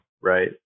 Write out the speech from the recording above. right